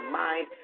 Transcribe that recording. mind